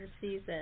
season